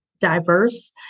diverse